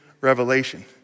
revelation